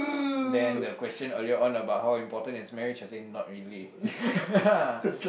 then the question earlier on about how important is marriage I say not really